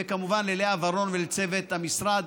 וכמובן ללאה ורון ולצוות המשרד.